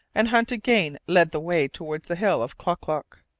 and hunt again led the way towards the hill of klock-klock.